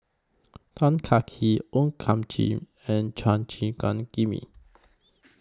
Tan Kah Kee O Thiam Chin and Chua Gim Guan Jimmy